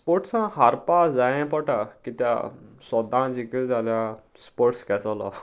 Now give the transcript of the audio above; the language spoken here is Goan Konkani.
स्पोर्ट्सां हारपा जाय पडटा कित्याक सदां जिखले जाल्यार स्पोर्ट्स कसलो